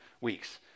weeks